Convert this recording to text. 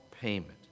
payment